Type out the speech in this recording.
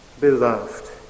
Beloved